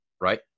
Right